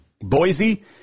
Boise